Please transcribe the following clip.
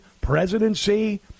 presidency